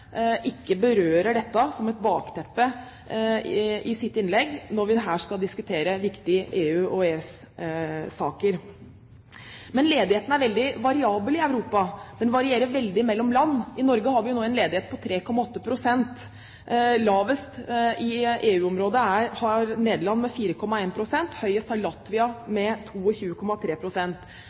ikke berører dette som et bakteppe i sitt innlegg, når vi her skal diskutere viktige EU- og EØS-saker. Men ledigheten i Europa er variabel, den varierer veldig mellom land. I Norge har vi nå en ledighet på 3,8 pst. Lavest ledighet i EU-området har Nederland, med 4,1 pst. Høyest har Latvia, med